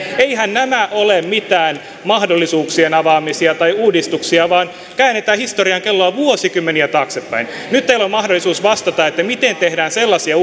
eiväthän nämä ole mitään mahdollisuuksien avaamisia tai uudistuksia vaan käännetään historian kelloa vuosikymmeniä taaksepäin nyt teillä on mahdollisuus vastata miten tehdään sellaisia